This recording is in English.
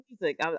music